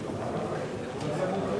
נתקבל.